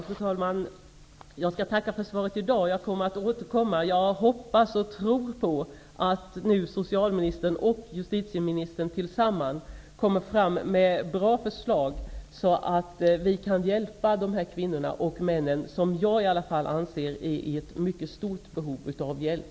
Fru talman! Jag tackar för svaret i dag. Jag kommer att återkomma. Jag hoppas och tror på att socialministern och justitieministern tillsammans kommer fram med bra förslag så att vi kan hjälpa dessa kvinnor och män. Jag anser att de är i ett mycket stort behov av hjälp.